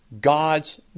God's